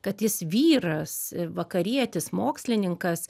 kad jis vyras vakarietis mokslininkas